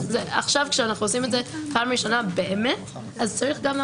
אז למה אתה צריך את ההליך הזה?